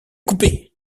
coupé